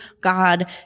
God